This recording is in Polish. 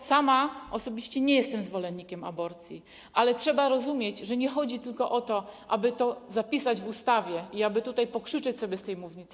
Osobiście nie jestem zwolennikiem aborcji, ale trzeba rozumieć, że nie chodzi tylko o to, aby to zapisać w ustawie i aby pokrzyczeć sobie z tej mównicy.